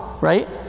right